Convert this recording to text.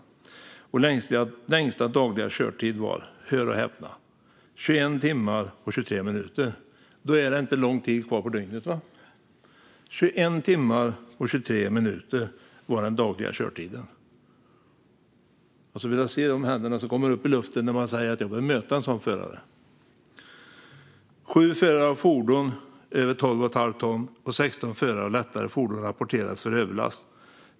Längsta dagliga körtid var 21 timmar och 23 minuter." Hör och häpna! Då är det inte lång tid kvar på dygnet. 21 timmar och 23 minuter var den dagliga körtiden. Jag skulle vilja se de händer som kommer upp i luften när man säger: Jag vill möta en sådan förare. "7 förare av fordon över 12,5 ton och 16 förare av lättare fordon rapporterades för överlast.